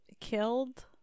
killed